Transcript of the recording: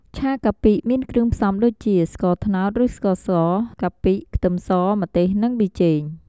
ឆាកាពិ មានគ្រឿងផ្សំដូចជា ស្ករត្នោតឬស្ករស កាពិ ខ្ទឹមស ម្ទេស និងប៊ីចេង។